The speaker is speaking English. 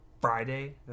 Friday